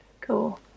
Cool